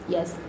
Yes